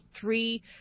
three